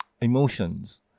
emotions